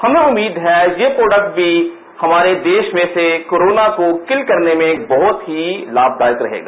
हमें उम्मीद है यह प्रोडेक्ट भी हमारे देश में से कोरोना को किल करने में बहुत ही लाभदायक रहेगा